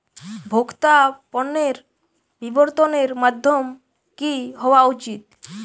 ভোক্তা পণ্যের বিতরণের মাধ্যম কী হওয়া উচিৎ?